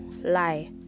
lie